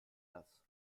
das